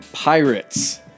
Pirates